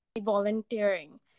volunteering